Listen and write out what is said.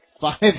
five